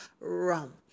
rum